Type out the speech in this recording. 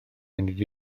munud